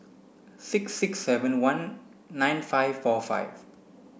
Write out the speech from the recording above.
six six seven one nine five four eight